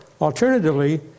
alternatively